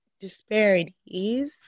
disparities